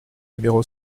numéro